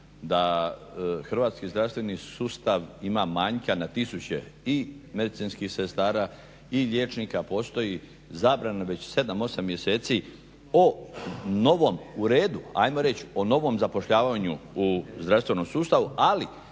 da hrvatski zdravstveni sustav ima manjka na tisuće i medicinskih sestara i liječnika postoji zabrana već 7, 8 mjeseci o novom, u redu ajmo reći, o novom zapošljavanju u zdravstvenom sustavu ali